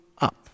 up